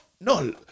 no